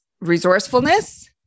resourcefulness